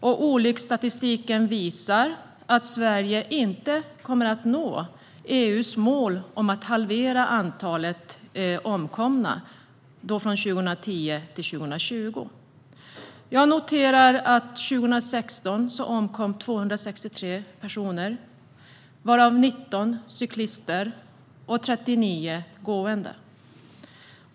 Olycksstatistiken visar att Sverige inte kommer att nå EU:s mål om att halvera antalet omkomna från 2010 till 2020. Jag noterar att 2016 omkom 263 personer, varav 19 cyklister och 39 gående.